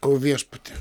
o viešpatie